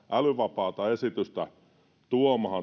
älyvapaata esitystä tuomaan